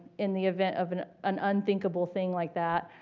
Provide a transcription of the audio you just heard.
in the event of an an unthinkable thing like that,